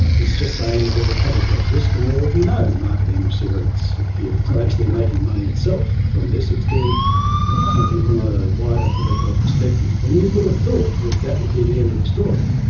it's just saying that there's a public health risk and there will be no marketing of cigarettes here. it's not actually making money itself from this, it's doing something from a wider public health perspective. and you would have thought that that would be the end of the story.